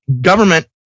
government